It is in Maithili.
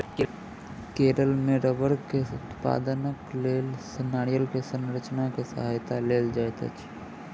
केरल मे रबड़ उत्पादनक लेल नारियल के संरचना के सहायता लेल जाइत अछि